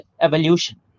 evolution